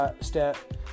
step